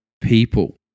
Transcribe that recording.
people